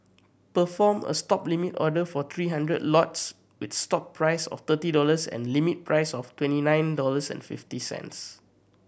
perform a Stop limit order for three hundred lots with stop price of thirty dollars and limit price of twenty nine dollars and fifty cents